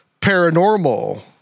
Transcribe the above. paranormal